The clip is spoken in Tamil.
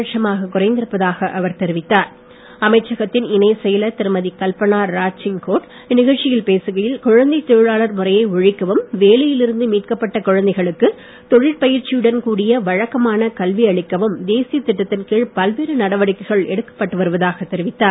லட்சமாக குறைந்திருப்பதாக அவர் அமைச்சகத்தின் இணைச் செயலர் திருமதி கல்பனா இந்நிகழ்ச்சியில் பேசுகையில் ராஜ்சிங்கோட் குழந்தை தொழிலாளர் முறையை ஒழிக்கவும் வேலையில் இருந்து மீட்கப்பட்ட குழந்தைகளுக்கு தொழிற்பயிற்சியுடன் கூடிய வழக்கமான கல்வி அளிக்கவும் தேசிய திட்டத்தின் கீழ் பல்வேறு நடவடிக்கைகள் எடுக்கப்பட்டு வருவதாக தெரிவித்தார்